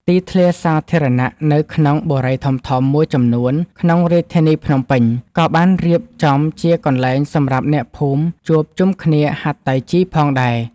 ទីធ្លាសាធារណៈនៅក្នុងបុរីធំៗមួយចំនួនក្នុងរាជធានីភ្នំពេញ ក៏បានរៀបចំជាកន្លែងសម្រាប់អ្នកភូមិជួបជុំគ្នាហាត់តៃជីផងដែរ។